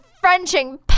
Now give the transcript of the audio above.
Frenching